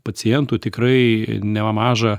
pacientų tikrai nemažą